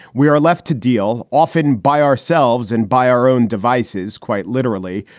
we are left to deal often by ourselves and by our own devices, quite literally,